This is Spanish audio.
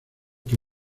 que